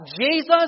Jesus